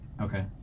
Okay